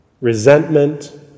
resentment